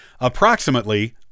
approximately